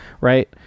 right